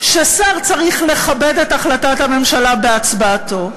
ששר צריך לכבד את החלטת הממשלה בהצבעתו,